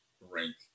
rank